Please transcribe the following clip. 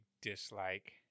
dislike